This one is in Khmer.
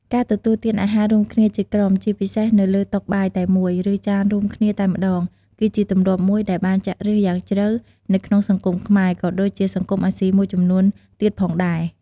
ការទទួលទានអាហាររួមគ្នាជាក្រុម ជាពិសេសនៅលើតុបាយតែមួយ ឬចានរួមគ្នាតែម្តង គឺជាទម្លាប់មួយដែលបានចាក់ឫសយ៉ាងជ្រៅនៅក្នុងសង្គមខ្មែរ ក៏ដូចជាសង្គមអាស៊ីមួយចំនួនទៀតផងដែរ។